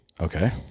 Okay